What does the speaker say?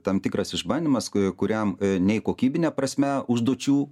tam tikras išbandymas ku kuriam nei kokybine prasme užduočių